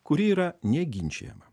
kuri yra neginčijama